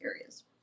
areas